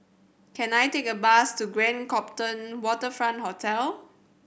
can I take a bus to Grand Copthorne Waterfront Hotel